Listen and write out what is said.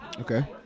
Okay